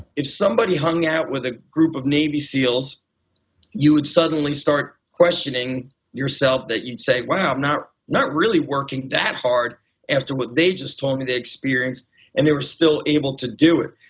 if somebody hung out with a group of navy seals you would suddenly start questioning yourself that you'd say, wow, i'm not not really working that hard after what they just told me they experience and they were still able to do it.